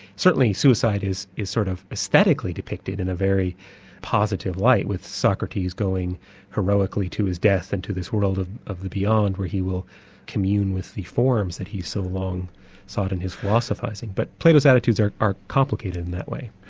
certainly suicide is is sort of aesthetically depicted in a very positive way, with socrates going heroically to his death and to this world of of the beyond where he will commune with the forms that he so long sought in his philosophising. but plato's attitudes are are complicated in that way.